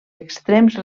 extrems